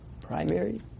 primary